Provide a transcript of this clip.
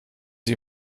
sie